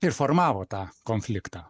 ir formavo tą konfliktą